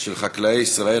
של חקלאי ישראל,